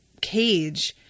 cage